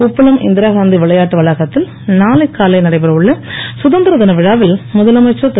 உப்பளம் இந்திரா காந்தி விளையாட்டு வளாகத்தில் நானை காலை நடைபெற உள்ள கதந்திரதின விழாவில் முதலமைச்சர் திரு